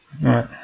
Right